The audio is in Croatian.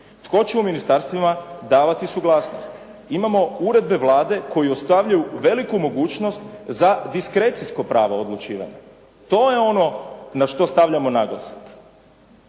Tko će u ministarstvima davati suglasnost. Imamo uredbe Vlade koji ostavljaju veliku mogućnost za diskrecijsko pravo odlučivanja. To je ono na što stavljamo naglasak.